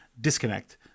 disconnect